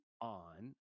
on